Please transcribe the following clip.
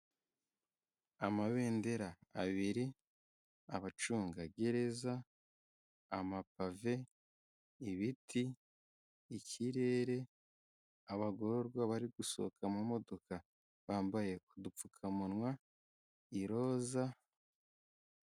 Amabendera abiri, abacungagereza, amapave, ibiti, ikirere, abagororwa bari gusohoka mu modoka bambaye udupfukamunwa, iroza.